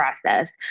process